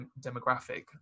demographic